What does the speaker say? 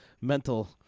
mental